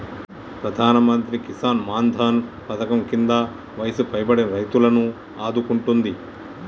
ప్రధానమంత్రి కిసాన్ మాన్ ధన్ పధకం కింద వయసు పైబడిన రైతులను ఆదుకుంటుంది